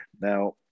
Now